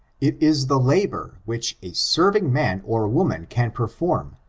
it is the labor which a serving man or woman can perform,